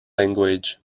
language